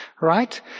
right